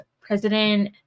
President